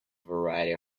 variety